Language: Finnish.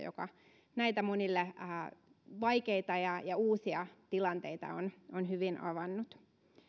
joka näitä monille vaikeita ja uusia tilanteita on on hyvin avannut